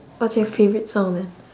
what's your favourite song then